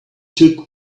took